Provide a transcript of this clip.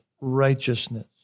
righteousness